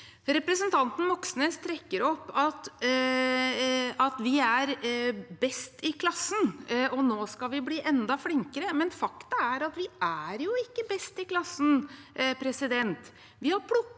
Representanten Moxnes trekker opp at vi er best i klassen, og nå skal vi bli enda flinkere, men faktum er at vi ikke er best i klassen. Vi har plukket